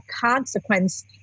consequence